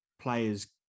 players